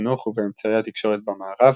בחינוך ובאמצעי התקשורת במערב,